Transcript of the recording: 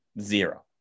Zero